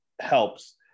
helps